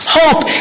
hope